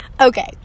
Okay